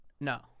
No